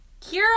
Kira